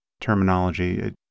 terminology